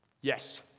Yes